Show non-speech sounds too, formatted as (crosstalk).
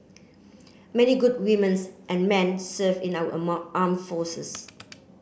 many good women (unintelligible) and men serve in our (unintelligible) arm forces